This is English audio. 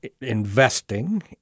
investing